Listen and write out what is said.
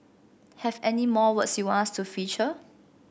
have any more words you want us to feature